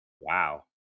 Wow